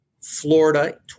Florida